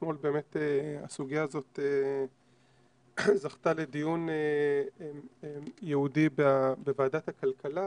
אתמול הסוגיה הזאת זכתה לדיון ייעודי בוועדת הכלכלה,